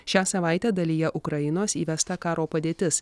šią savaitę dalyje ukrainos įvesta karo padėtis